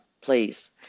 please